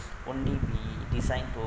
only be designed to